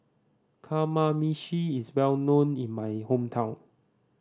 kamameshi is well known in my hometown